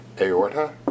aorta